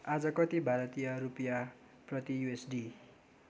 आज कति भारतीय रुपियाँ प्रति युएसडी